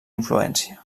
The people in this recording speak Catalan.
influència